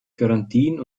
garantien